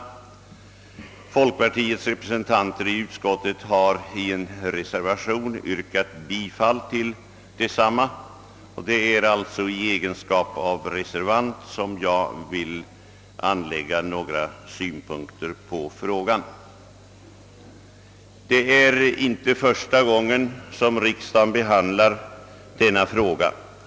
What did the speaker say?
Folkpartiets representanter i utskottet har i en reservation yrkat bifall till desamma, och det är i egenskap av reservant som jag vill anlägga några synpunkter på frågan. Det är inte första gången som riksdagen behandlar denna fråga.